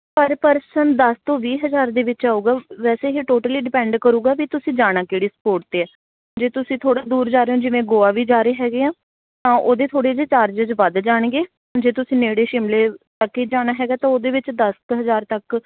ਪਰ ਪਰਸਨ ਦਸ ਤੋਂ ਵੀਹ ਹਜ਼ਾਰ ਦੇ ਵਿੱਚ ਆਊਗਾ ਵੈਸੇ ਇਹ ਟੋਟਲੀ ਡਿਪੈਂਡ ਕਰੇਗਾ ਵੀ ਤੁਸੀਂ ਜਾਣਾ ਕਿਹੜੀ ਸਪੋਟ 'ਤੇ ਹੈ ਜੇ ਤੁਸੀਂ ਥੋੜ੍ਹਾ ਦੂਰ ਜਾ ਰਹੇ ਹੋ ਜਿਵੇਂ ਗੋਆ ਵੀ ਜਾ ਰਹੇ ਹੈਗੇ ਹਾਂ ਤਾਂ ਉਹਦੇ ਥੋੜ੍ਹੇ ਜਿਹੇ ਚਾਰਜਿਜ ਵੱਧ ਜਾਣਗੇ ਜੇ ਤੁਸੀਂ ਨੇੜੇ ਸ਼ਿਮਲੇ ਤੱਕ ਹੀ ਜਾਣਾ ਹੈਗਾ ਤਾਂ ਉਹਦੇ ਵਿੱਚ ਦਸ ਕੁ ਹਜ਼ਾਰ ਤੱਕ